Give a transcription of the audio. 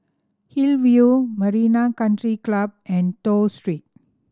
Hillview Marina Country Club and Toh Street